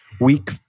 week